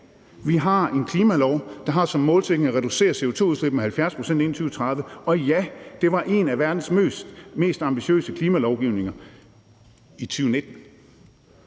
vi har en klimalov, der har som målsætning at reducere CO2-udslippet med 70 pct. inden 2030, og ja, det var en af verdens mest ambitiøse klimalovgivninger i 2019.